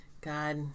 God